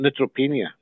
neutropenia